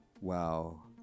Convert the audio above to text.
WoW